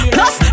Plus